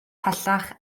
pellach